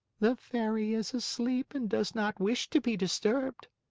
the fairy is asleep and does not wish to be disturbed.